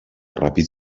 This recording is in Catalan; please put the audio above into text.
ràpid